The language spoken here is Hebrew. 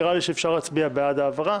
נראה לי שאפשר להצביע בעד ההעברה